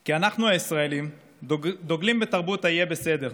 כי אנחנו הישראלים דוגלים בתרבות "יהיה בסדר",